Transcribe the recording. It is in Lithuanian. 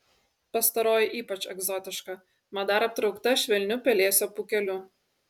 pastaroji ypač egzotiška mat dar aptraukta švelniu pelėsio pūkeliu